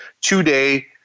two-day